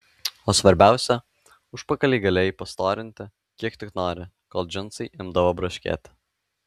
o svarbiausia užpakalį galėjai pastorinti kiek tik nori kol džinsai imdavo braškėti